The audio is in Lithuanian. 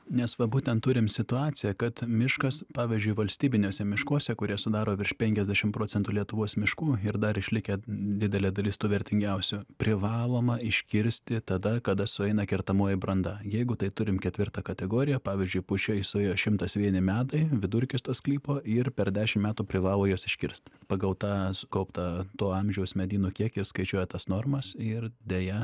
nes va būtent turim situaciją kad miškas pavyzdžiui valstybiniuose miškuose kurie sudaro virš penkiasdešim procentų lietuvos miškų ir dar išlikę didelė dalis tų vertingiausių privaloma iškirsti tada kada sueina kertamoji branda jeigu tai turim ketvirtą kategoriją pavyzdžiui pušiai suėjo šimtas vieni metai vidurkis to sklypo ir per dešim metų privalo jas iškirst pagal tą sukauptą to amžiaus medynų kiekį skaičiuoja tas normas ir deja